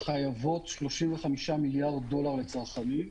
חייבות 35 מיליארד דולר לצרכנים.